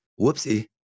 whoopsie